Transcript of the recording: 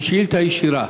לשאילתה ישירה.